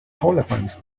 tolerance